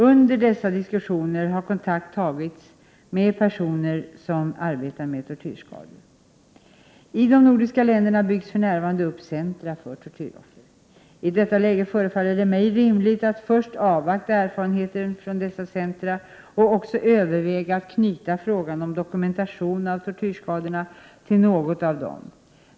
Under dessa diskussioner har kontakt tagits med personer som arbetar med tortyrskador. I de nordiska länderna byggs för närvarande upp centra för tortyroffer. I detta läge förefaller det mig rimligt att först avvakta erfarenheterna från dessa centra och också överväga att knyta frågan om dokumentationen av tortyrskadorna till något av dem.